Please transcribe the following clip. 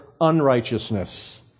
unrighteousness